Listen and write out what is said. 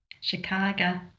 chicago